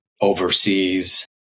overseas